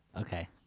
okay